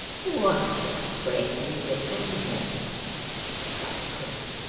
what a pretty little nell cried quilp.